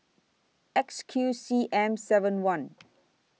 X Q C M seven one